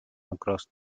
across